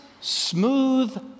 smooth